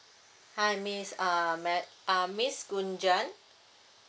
hi miss uh ma'am uh miss gunjan